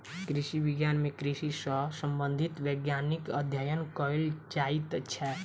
कृषि विज्ञान मे कृषि सॅ संबंधित वैज्ञानिक अध्ययन कयल जाइत छै